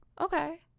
Okay